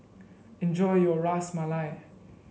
enjoy your Ras Malai